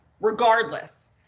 regardless